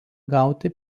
gauti